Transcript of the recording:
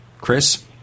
Chris